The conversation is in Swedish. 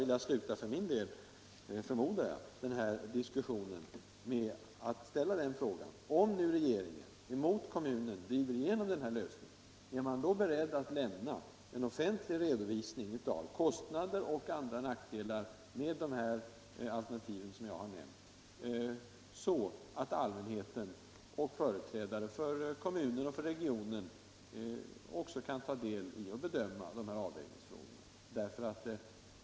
Därför vill jag för min del sluta denna diskussion med att ställa frågan: Om nu regeringen mot kommunen driver igenom den här lösningen, si är man då beredd att lämna en offentlig redovisning av kostnader och Om lokalisering av andra nackdelar med de alternativ som jag har nämnt, så att allmänheten = SJ och posttermioch företrädare för kommunen och för regionen också kan ta del av = naler till Västerjäroch bedöma avvägningsfrågorna?